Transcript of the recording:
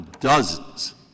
dozens